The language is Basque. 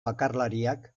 bakarlariak